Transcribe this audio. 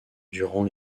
durant